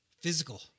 physical